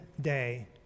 day